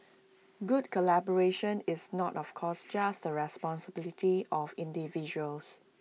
good collaboration is not of course just the responsibility of individuals